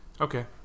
Okay